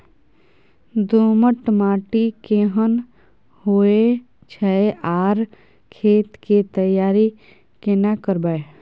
दोमट माटी केहन होय छै आर खेत के तैयारी केना करबै?